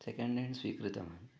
second hand स्वीकृतवान्